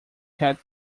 had